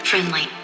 Friendly